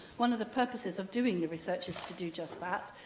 one of the purposes of doing the research is to do just that.